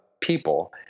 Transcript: people